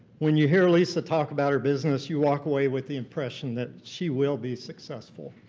when you hear lisa talk about her business, you walk away with the impression that she will be successful.